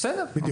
בסדר.